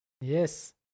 Yes